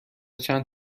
چند